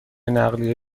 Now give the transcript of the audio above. نقلیه